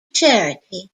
charity